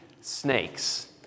snakes